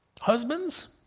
Husbands